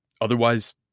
Otherwise